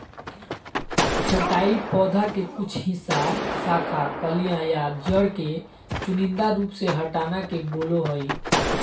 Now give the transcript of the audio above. छंटाई पौधा के कुछ हिस्सा, शाखा, कलियां या जड़ के चुनिंदा रूप से हटाना के बोलो हइ